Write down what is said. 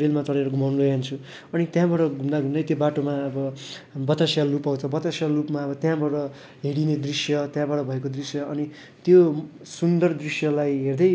रेलमा चढेर घुमाउनु लैजान्छु अनि त्यहाँबाट घुम्दाघुम्दै त्यो बाटोमा अब बतासिया लुप आउँछ बतासिया लुपमा अब त्यहाँबाट हेरिने दृश्य त्यहाँबाट भएको दृश्य अनि त्यो सुन्दर दृश्यलाई हेर्दै